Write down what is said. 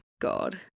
God